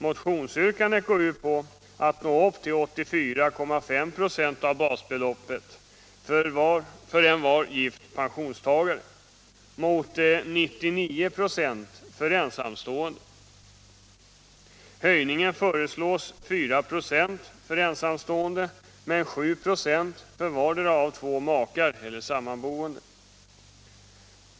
Motionsyrkandet går ut på att nå upp till 84,5 26 av basbeloppet för envar gift pensionstagare mot 99 26 för ensamstående. Höjningen föreslås bli 4 96 för ensamstående men 7 96 för vardera av två makar eller sammanboende.